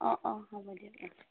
অঁ অঁ হ'ব দিয়ক অঁ